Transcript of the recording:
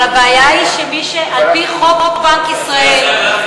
אבל הבעיה היא שעל-פי חוק בנק ישראל,